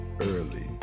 early